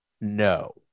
No